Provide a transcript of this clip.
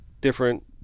different